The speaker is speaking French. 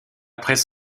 presse